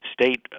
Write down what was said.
state